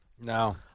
No